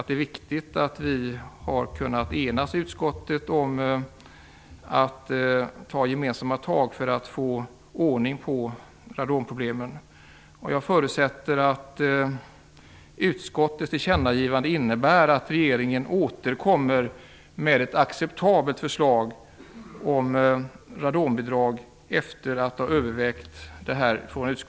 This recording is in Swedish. Det är viktigt att vi i utskottet har kunnat enas om att ta gemensamma tag för att få ordning på radonproblemen. Jag förutsätter att utskottets tillkännagivande innebär att regeringen återkommer med ett acceptabelt förslag om radonbidrag efter utskottets övervägande.